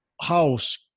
house